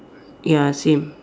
ya same